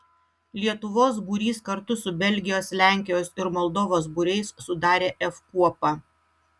lietuvos būrys kartu su belgijos lenkijos ir moldovos būriais sudarė f kuopą